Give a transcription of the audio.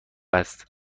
است